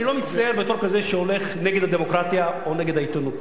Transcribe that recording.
אני לא מצטייר בתור כזה שהולך נגד הדמוקרטיה או נגד העיתונות.